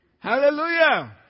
Hallelujah